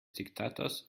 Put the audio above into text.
diktators